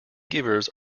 givers